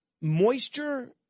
moisture